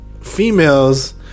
females